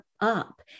up